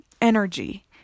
energy